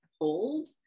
hold